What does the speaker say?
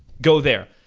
go there.